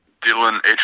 Dylan